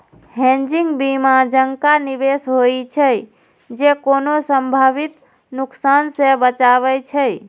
hedging बीमा जकां निवेश होइ छै, जे कोनो संभावित नुकसान सं बचाबै छै